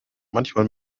manchmal